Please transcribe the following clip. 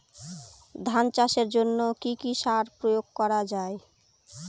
ধান চাষের জন্য কি কি সার প্রয়োগ করা য়ায়?